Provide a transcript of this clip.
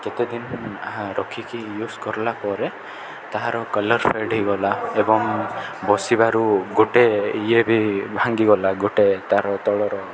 କେତେ ଦିନ ରଖିକି ୟୁଜ୍ କରିଲା ପରେ ତାହାର କଲର୍ ଫେଡ଼୍ ହୋଇଗଲା ଏବଂ ବସିବାରୁ ଗୋଟେ ଇଏ ବି ଭାଙ୍ଗିଗଲା ଗୋଟେ ତା'ର ତଳର